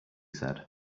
said